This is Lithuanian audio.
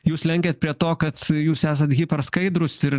jūs lenkiat prie to kad jūs esat hiper skaidrūs ir